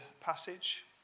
passage